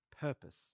purpose